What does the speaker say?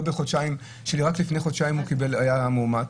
בחודשיים שרק לפני חודשיים הוא היה מאומת?